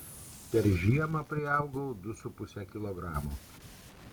per žiemą priaugau du su puse kilogramo